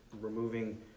Removing